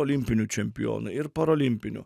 olimpiniu čempionu ir parolimpiniu